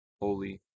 holy